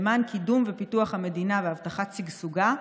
למען קידום ופיתוח המדינה והבטחת שגשוגה,